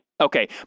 Okay